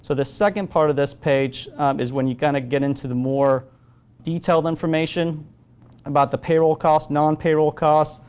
so the second part of this page is when you kind of get into the more detailed information about the payroll cost, non-payroll costs.